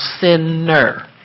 sinner